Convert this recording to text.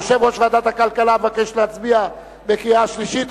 יושב-ראש ועדת הכלכלה מבקש להצביע בקריאה שלישית.